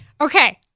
Okay